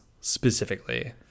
specifically